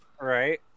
Right